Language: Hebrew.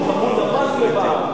בדיוק הפוך, אמרו: נמס לב העם.